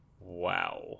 Wow